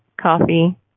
coffee